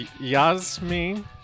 Yasmin